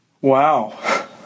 Wow